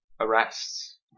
arrests